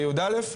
וי"א,